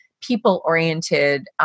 people-oriented